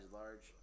large